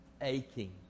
aching